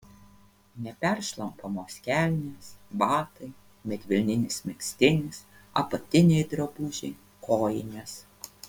neperšlampamos kelnės batai medvilninis megztinis apatiniai drabužiai kojinės